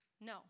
No